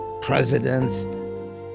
presidents